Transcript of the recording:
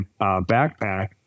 backpack